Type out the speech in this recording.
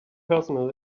personal